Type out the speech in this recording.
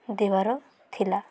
ଦେବାର ଥିଲା